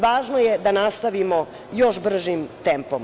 Važno je da nastavimo još bržim tempom.